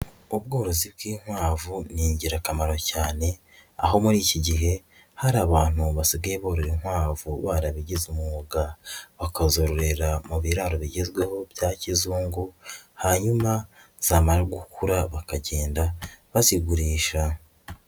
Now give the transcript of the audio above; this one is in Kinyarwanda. Ubworozi bw'inkwavu ni ingirakamaro cyane, aho muri iki gihe hari abantu basigaye borora inkwavu barabigize umwuga, bakazororera mu biraro bigezweho bya kizungu hanyuma zamara gukura bakagenda bazigurisha.